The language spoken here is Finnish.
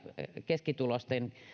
keskituloisten